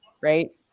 Right